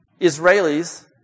Israelis